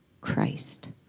Christ